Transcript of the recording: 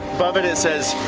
above it, it says,